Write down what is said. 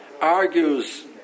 argues